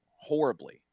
horribly